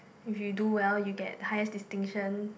if you do well you get highest distinction